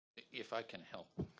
if i can help.